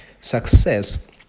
success